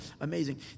amazing